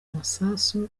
masasu